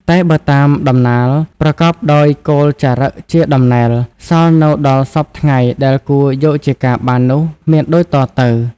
តែបើតាមការដំណាល ប្រកបដោយគោលចារឹកជាដំណែល សល់នៅដល់សព្វថ្ងៃដែលគួរយកជាការបាននោះ មានដូចតទៅ។